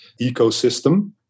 ecosystem